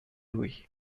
louis